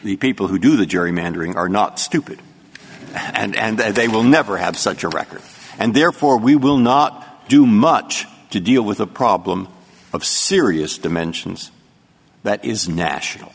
the people who do the gerrymandering are not stupid and they will never have such a record and therefore we will not do much to deal with a problem of serious dimensions that is national